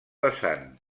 vessant